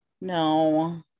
no